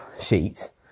sheets